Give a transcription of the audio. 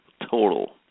total